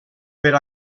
per